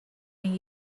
این